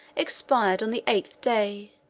expired on the eighth day,